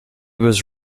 was